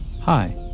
Hi